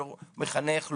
לא מחנך,